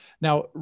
now